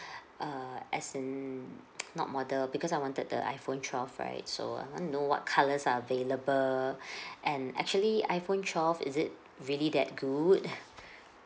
err as in not model because I wanted the iphone twelve right so I want to know what colours are available and actually iphone twelve is it really that good